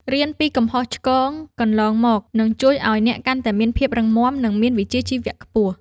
រៀនពីកំហុសឆ្គងកន្លងមកនឹងជួយឱ្យអ្នកកាន់តែមានភាពរឹងមាំ និង មានវិជ្ជាជីវៈខ្ពស់។